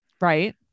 right